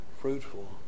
fruitful